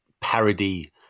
parody